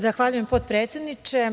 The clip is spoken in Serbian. Zahvaljujem, potpredsedniče.